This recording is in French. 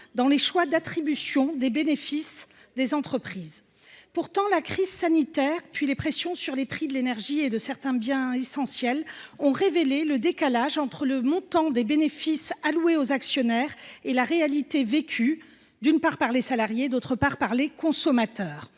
dans les choix d’attribution des bénéfices des entreprises. Pourtant, la crise sanitaire puis les pressions sur les prix de l’énergie et sur certains biens essentiels ont révélé le décalage entre le montant des bénéfices alloués aux actionnaires et la réalité vécue, d’une part, par les salariés, d’autre part, par les consommateurs.